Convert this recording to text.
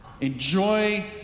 enjoy